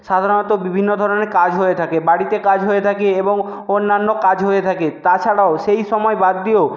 সাধারণত বিভিন্ন ধরনের কাজ হয়ে থাকে বাড়িতে কাজ হয়ে থাকে এবং অন্যান্য কাজ হয়ে থাকে তাছাড়াও সেই সময় বাদ দিয়েও